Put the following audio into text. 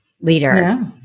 leader